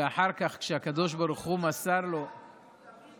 שאחר כך, כשהקדוש ברוך הוא מסר לו, אנחנו בעד.